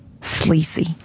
sleazy